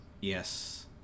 Yes